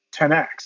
10x